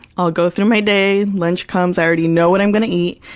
i'll go through my day, lunch comes, i already know what i'm gonna eat.